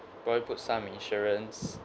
go and put some insurance